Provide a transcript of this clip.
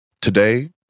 Today